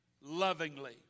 lovingly